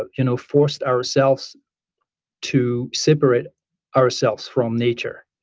ah you know forced ourselves to separate ourselves from nature,